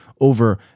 over